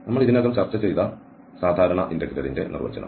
നമ്മൾ ഇതിനകം ചർച്ച ചെയ്ത സാധാരണ ഇന്റെഗ്രേലിന്റെ നിർവചനം